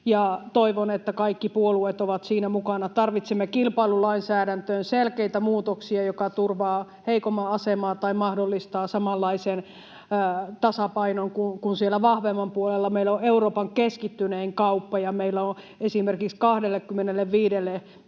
toivon, että kaikki puolueet ovat siinä mukana. Tarvitsemme kilpailulainsäädäntöön selkeitä muutoksia, jotka turvaavat heikomman asemaa tai mahdollistavat samanlaisen tasapainon kuin siellä vahvemman puolella. Meillä on Euroopan keskittynein kauppa, ja meillä on esimerkiksi 25